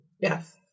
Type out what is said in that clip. Yes